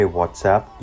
WhatsApp